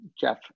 Jeff